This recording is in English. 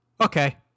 okay